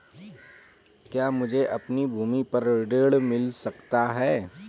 क्या मुझे अपनी भूमि पर ऋण मिल सकता है?